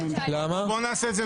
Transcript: לא, היא לא יכולה.